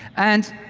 and